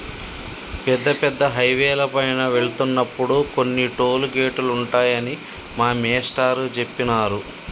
పెద్ద పెద్ద హైవేల పైన వెళ్తున్నప్పుడు కొన్ని టోలు గేటులుంటాయని మా మేష్టారు జెప్పినారు